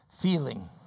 feeling